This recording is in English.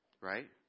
right